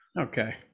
Okay